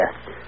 Yes